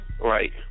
Right